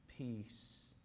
Peace